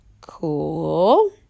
cool